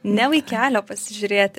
ne vaikelio pasižiūrėti